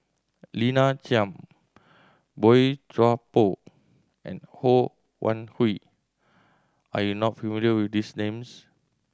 Lina Chiam Boey Chuan Poh and Ho Wan Hui are you not familiar with these names